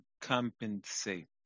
compensate